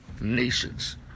nations